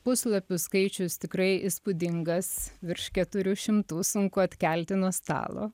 puslapių skaičius tikrai įspūdingas virš keturių šimtų sunku atkelti nuo stalo